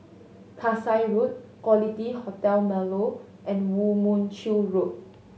Kasai Road Quality Hotel Marlow and Woo Mon Chew Road